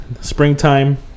springtime